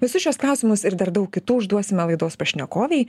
visus šiuos klausimus ir dar daug kitų užduosime laidos pašnekovei